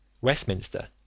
Westminster